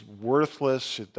worthless